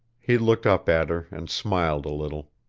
he looked up at her, and smiled a little.